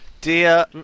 Dear